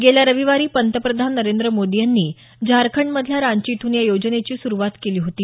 गेल्या रविवारी पंतप्रधान नरेंद्र मोदी यांनी झारखंडमधल्या रांची इथून या योजनेची सुरुवात केली होती